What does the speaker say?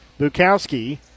Bukowski